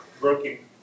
working